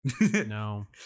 no